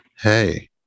hey